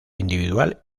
individual